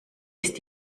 ist